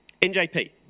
njp